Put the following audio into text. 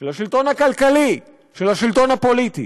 של השלטון הכלכלי, של השלטון הפוליטי.